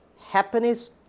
happiness